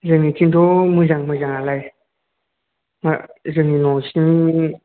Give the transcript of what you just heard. जोंनिथिंथ' मोजां मोजाङालाय जोंनि न'सिम